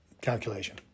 calculation